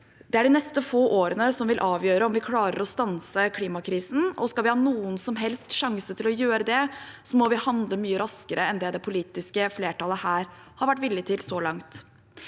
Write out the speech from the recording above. Det er de neste få årene som vil avgjøre om vi klarer å stanse klimakrisen. Skal vi ha noen som helst sjanse til å gjøre det, må vi handle mye raskere enn det det politiske flertallet her har vært villig til så langt.